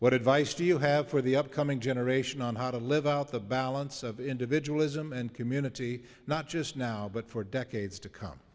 what advice do you have for the upcoming generation on how to live out the balance of individual ism and community not just now but for decades to come